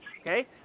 okay